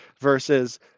versus